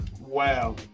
Wow